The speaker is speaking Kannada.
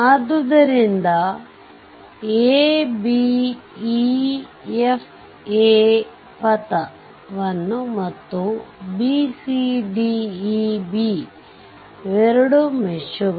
ಆದ್ದರಿಂದ a b e f a ಪಥವನ್ನು ಮತ್ತು b c d e b ಇವೆರಡೂ ಮೆಶ್ ಗಳು